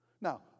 Now